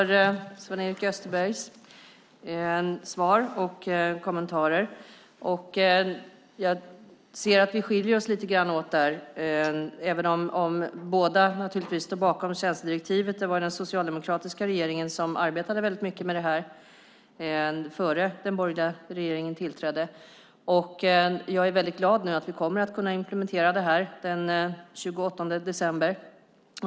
Herr talman! Jag tackar för Sven-Erik Österbergs kommentarer. Vi skiljer oss åt lite, även om vi båda naturligtvis står bakom tjänstedirektivet. Det var den socialdemokratiska regeringen som arbetade mycket med det innan den borgerliga regeringen tillträdde. Jag är glad att vi kommer att kunna implementera detta den 28 december.